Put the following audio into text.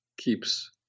keeps